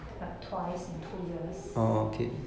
like twice in two years